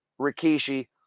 Rikishi